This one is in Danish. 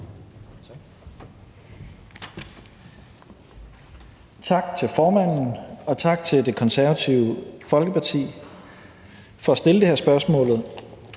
Tak til formanden, og tak til Det Konservative Folkeparti for at fremsætte det her